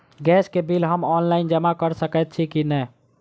Gas केँ bill हम online जमा कऽ सकैत छी की नै?